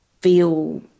feel